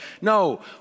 No